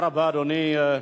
תודה רבה, אדוני.